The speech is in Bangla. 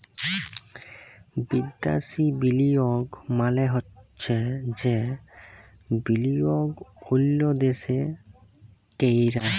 বিদ্যাসি বিলিয়গ মালে চ্ছে যে বিলিয়গ অল্য দ্যাশে ক্যরা হ্যয়